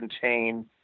contain